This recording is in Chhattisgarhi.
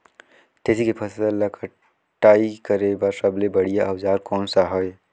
तेसी के फसल ला कटाई करे बार सबले बढ़िया औजार कोन सा हे?